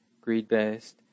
greed-based